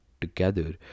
together